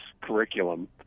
curriculum